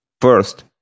First